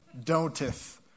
don'teth